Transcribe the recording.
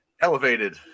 elevated